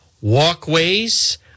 walkways